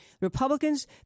Republicans